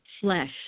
flesh